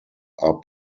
are